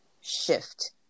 shift